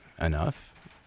enough